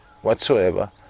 whatsoever